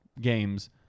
games